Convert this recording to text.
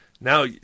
Now